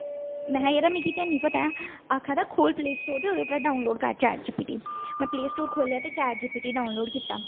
महा यरा मिगी ते हैनी पता ऐ आखदा गुगल प्ले स्टोर उप्परा डाउनलोड कर चेट जी पी टी में प्ले स्टोर खोह्ली ते chat G P T download कीती